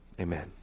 Amen